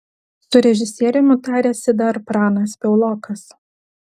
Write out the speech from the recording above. su režisieriumi tarėsi dar pranas piaulokas